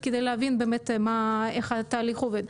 זאת דוגמה מצוינת כדי להבין איך התהליך עובד.